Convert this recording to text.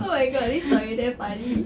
oh my god this story damn funny